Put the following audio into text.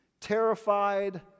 Terrified